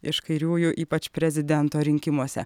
iš kairiųjų ypač prezidento rinkimuose